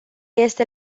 este